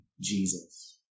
Jesus